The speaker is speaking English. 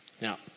Now